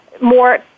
more